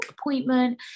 appointment